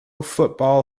football